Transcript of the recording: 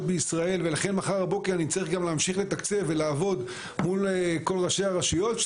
בישראל ולכן מחר בבוקר נצטרך גם להמשיך לתקצב ולעבוד מול כל ראשי הרשויות,